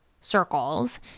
circles